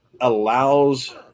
allows